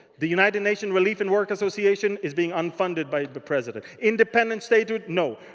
the united nations relief in work association is being unfunded by the president. independent statehood? no.